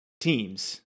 teams